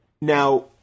Now